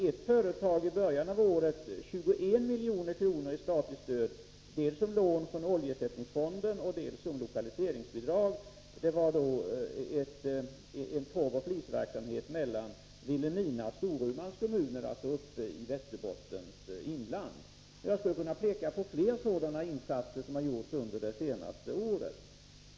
Ett företag fick i början av året 21 milj.kr. i statligt stöd, dels som lån från oljeersättningsfonden, dels som lokaliseringsbidrag. Det gällde ett torvoch flisföretag mellan Vilhelmina och Storumans kommuner i Västerbottens inland. Jag skulle kunna peka på flera sådana insatser som har gjorts under det senaste året.